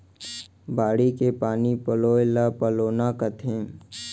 बाड़ी के पानी पलोय ल पलोना कथें